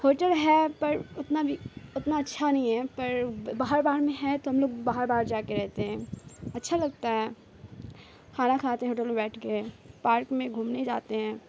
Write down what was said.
hotel ہے پر اتنا بھی اتنا اچھا نہیں ہے پر باہر باہر میں ہے تو ہم لوگ باہر باہر جا کے رہتے ہیں اچھا لگتا ہے کھانا کھاتے ہیں ہوٹل میں بیٹھ کے پارک میں گھومنے جاتے ہیں